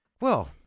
Well